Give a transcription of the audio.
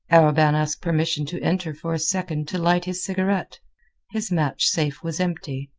arobin asked permission to enter for a second to light his cigarette his match safe was empty.